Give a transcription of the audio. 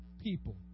people